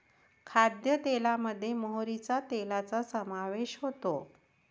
खाद्यतेलामध्ये मोहरीच्या तेलाचा समावेश होतो